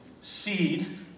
Seed